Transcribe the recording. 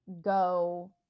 go